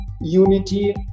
unity